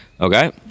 Okay